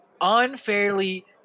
Unfairly